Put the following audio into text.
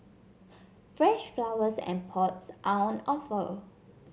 fresh flowers and pots are on offer